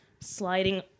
sliding